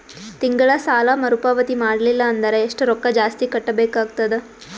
ತಿಂಗಳ ಸಾಲಾ ಮರು ಪಾವತಿ ಮಾಡಲಿಲ್ಲ ಅಂದರ ಎಷ್ಟ ರೊಕ್ಕ ಜಾಸ್ತಿ ಕಟ್ಟಬೇಕಾಗತದ?